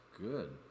good